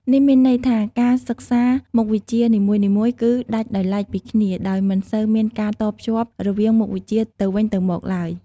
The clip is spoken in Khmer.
នេះមានន័យថា ការសិក្សាមុខវិជ្ជានីមួយៗគឺ ដាច់ដោយឡែកពីគ្នា ដោយមិនសូវមានការតភ្ជាប់រវាងមុខវិជ្ជាទៅវិញទៅមកឡើយ។